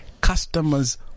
customers